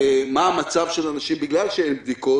מה המצב של אנשים בגלל שאין בדיקות.